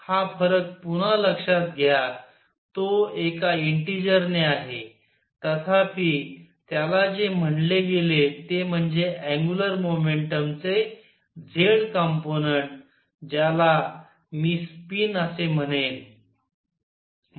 हा फरक पुन्हा लक्षात घ्या तो एका इंटीजर ने आहे तथापि त्याला जे म्हणले गेले ते म्हणजे अँग्युलर मोमेंटम चे z कंपोनंन्ट ज्याला मी स्पिन असे म्हणेन